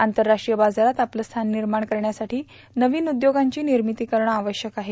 आंतरराष्ट्रीय बाजारात आपलं स्थान निर्माण करण्यासाठी नवीन उद्योगांची निर्मिती करणं आवश्यक आहे